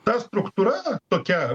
ta struktūra tokia